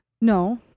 No